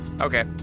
Okay